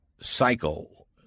cycle